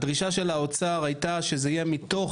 הדרישה של האוצר הייתה שזה יהיה מתוך